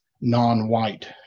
non-white